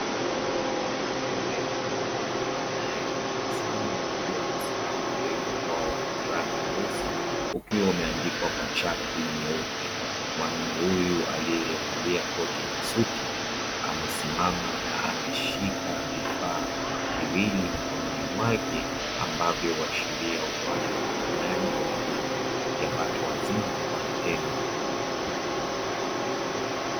Mwanaume mmoja anayetabasamu akiwa amesimama mbele ya ubao wenye rangi nyeusi, ukiwa umeandikwa kwa chaki nyeupe. Mwanaume huyu aliyevalia koti la suti amesimama na ameshika vifaa viwili mkononi mwake, ambavyo huashiria utoaji na upatikanaji wa elimu ya watu wazima kwa vitendo.